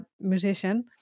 musician